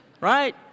Right